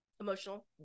Emotional